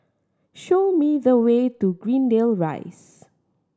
show me the way to Greendale Rise